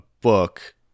book